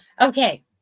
Okay